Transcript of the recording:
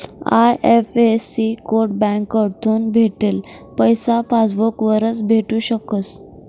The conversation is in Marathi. आय.एफ.एस.सी कोड बँककडथून भेटेल पैसा पासबूक वरच भेटू शकस